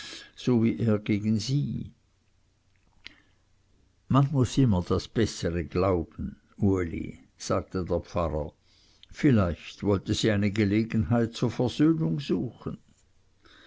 so wie er gegen sie man muß immer das bessere glauben uli sagte der pfarrer vielleicht wollte sie eine gelegenheit zur versöhnung suchen